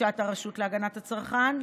לגישת הרשות להגנת הצרכן,